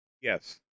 Yes